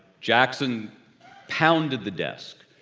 yeah bjackson pounded the desk.